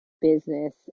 business